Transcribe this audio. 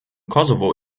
kosovo